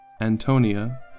antonia